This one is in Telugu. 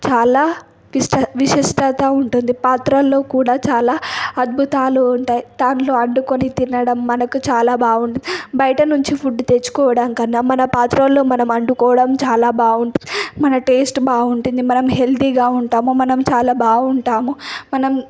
చాలా విస్టా విశిష్టత ఉంటుంది పాత్రల్లో కూడా చాలా అద్భుతాలు ఉంటాయి దాంట్లో వండుకొని తినడం మనకు చాలా బాగుంటుంది బయట నుంచి ఫుడ్ తెచ్చుకోవడం కన్నా మన పాత్రల్లో మనం వండుకోవడం చాలా బాగుంటుంది మన టేస్ట్ బాగుంటుంది మనం హెల్దిగా ఉంటాము మనం చాలా బాగుంటాము మనం